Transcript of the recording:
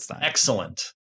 excellent